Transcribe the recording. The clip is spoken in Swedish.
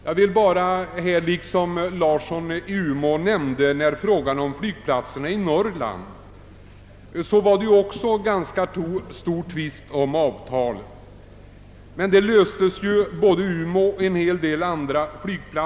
Som herr Larsson i Umeå nämnde, har det förekommit tvister beträffande flygplatserna i Norrland. Dessa tvister har lösts både för Umeås och andra platsers del, men kommunerna har fått lämna bidrag.